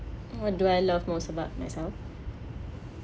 what do I love most about myself